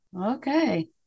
Okay